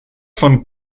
von